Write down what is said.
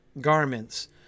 garments